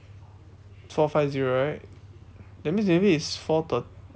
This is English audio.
four five zero right that means maybe it's four thir~